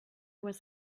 was